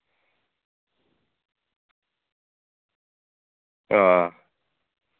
ᱚ